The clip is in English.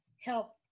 help